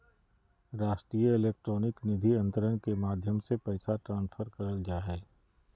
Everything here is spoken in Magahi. राष्ट्रीय इलेक्ट्रॉनिक निधि अन्तरण के माध्यम से पैसा ट्रांसफर करल जा हय